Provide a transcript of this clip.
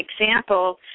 example